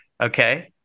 okay